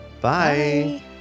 Bye